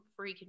freaking